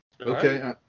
Okay